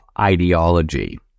ideology